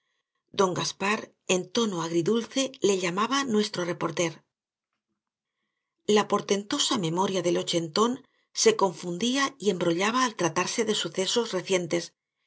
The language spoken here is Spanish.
don gaspar en tono agridulce le llamaba nuestro reporter la portentosa memoria del ochentón se confundía y embrollaba al tratarse de sucesos recientes